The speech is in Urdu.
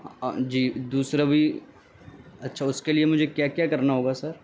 جی دوسرا بھی اچھا اس کے لیے مجھے کیا کیا کرنا ہوگا سر